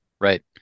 right